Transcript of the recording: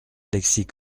alexis